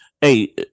Hey